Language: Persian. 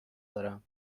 دارم